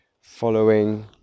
following